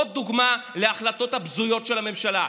עוד דוגמה להחלטות הבזויות של הממשלה.